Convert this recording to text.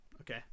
Okay